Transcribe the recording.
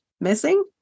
missing